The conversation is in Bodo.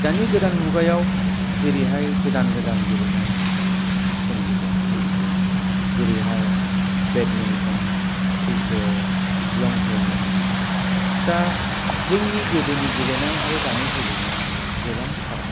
दानि गोदान मुगायाव जेरैहाय गोदान गोदान गेलेनाय सोमजिदों उजिदों जेरैहाय बेडमिन्टन क्रिकेट लं टेनिस दा जोंनि गोदोनि गेलेनाय आरो दानि गेलेनाय गोबां फाराग